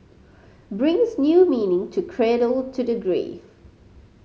brings new meaning to cradle to the grave